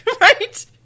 Right